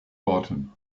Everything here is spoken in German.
worten